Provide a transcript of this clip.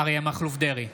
אריה מכלוף דרעי,